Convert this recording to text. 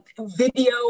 video